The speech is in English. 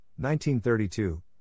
1932